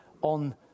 on